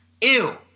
Ew